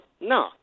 No